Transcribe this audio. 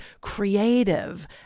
creative